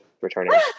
returning